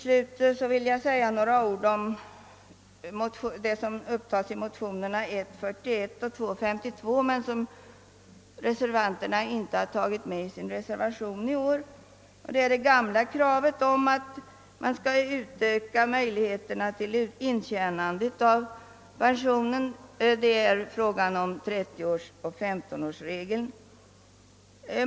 Slutligen vill jag säga några ord om vad som upptagits i de likalydande motionerna I:41 och II:52 men som inte har medtagits i reservationen i år, nämligen det gamla kravet att öka ut möjligheterna att intjäna pensionen. Det gäller alltså 15 och 30-årsregeln.